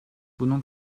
bunun